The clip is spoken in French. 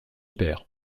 perds